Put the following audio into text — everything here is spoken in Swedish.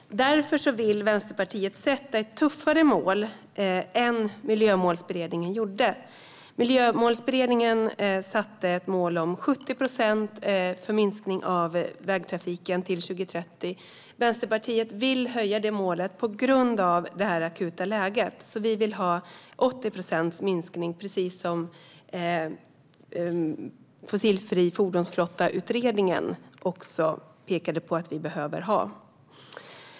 Därför vill Vänsterpartiet sätta upp ett tuffare mål än Miljömålsberedningen gjorde. Miljömålsberedningen satte upp ett mål om en minskning på 70 procent av vägtrafiken till 2030. Vänsterpartiet vill höja detta mål på grund av detta akuta läge. Vi vill ha en minskning med 80 procent, precis som Utredningen om fossilfri fordonstrafik pekade på att vi behöver ha.